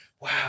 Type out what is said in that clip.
wow